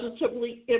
positively